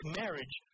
marriage